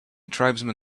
tribesman